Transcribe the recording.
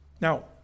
Now